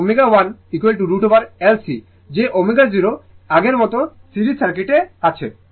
অতএব ω C1L ω তাই ω1√ L C যেω0 আগের মতো সিরিজ সার্কিটের মতো